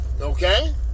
okay